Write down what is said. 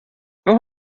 warum